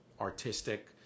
artistic